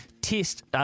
Test –